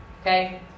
Okay